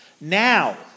Now